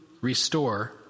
restore